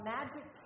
Magic